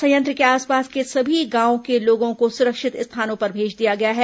संयंत्र के आसपास के सभी गांवों के लोगों को सुरक्षित स्थानों पर भेज दिया गया है